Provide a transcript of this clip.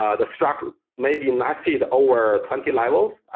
ah the strat maybe not seed over twenty levels,